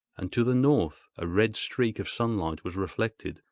and to the north a red streak of sunlight was reflected,